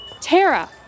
tara